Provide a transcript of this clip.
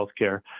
healthcare